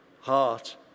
heart